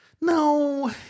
No